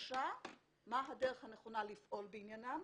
קשה מה הדרך הנכונה לפעול בעניינם.